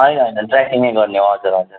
होइन होइन ट्राकिङै गर्ने हो हजुर हजुर